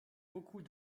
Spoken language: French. beaucoup